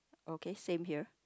okay same here